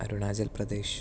Arunachal Pradesh